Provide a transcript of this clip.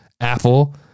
Apple